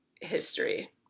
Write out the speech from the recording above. history